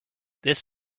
this